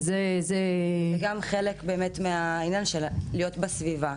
חלק מהעניין זה גם להיות בסביבה.